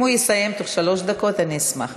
אם הוא יסיים תוך שלוש דקות, אני אשמח.